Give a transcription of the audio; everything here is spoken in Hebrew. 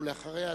ואחריה,